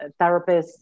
therapists